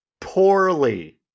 Poorly